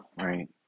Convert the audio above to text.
right